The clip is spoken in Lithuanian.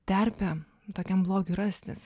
terpę tokiam blogiui rastis